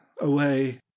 away